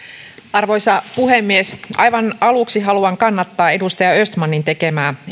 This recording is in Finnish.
arvoisa puhemies aivan aluksi haluan kannattaa edustaja östmanin tekemää